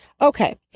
Okay